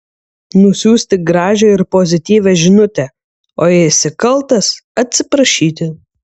nusiųsti gražią ir pozityvią žinutę o jei esi kaltas atsiprašyti